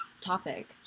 topic